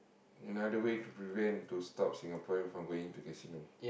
another a way to prevent to stop Singaporeans from going to casino